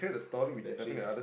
batteries